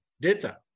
data